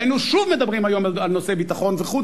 היינו שוב מדברים היום על נושאי ביטחון וחוץ,